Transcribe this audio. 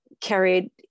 carried